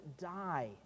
die